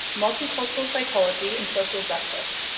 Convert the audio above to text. multicultural psychology and social justice.